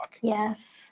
Yes